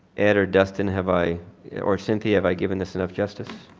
ed or dustin have i or cynthia have i given this enough justice?